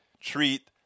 treat